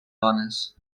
dones